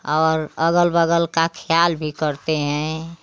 और अगल बगल का ख़याल भी करते हैं